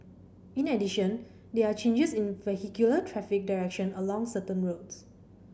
in addition there are changes in vehicular traffic direction along certain roads